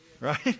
Right